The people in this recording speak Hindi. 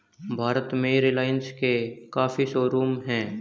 भारत में रिलाइन्स के काफी शोरूम हैं